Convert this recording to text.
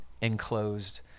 enclosed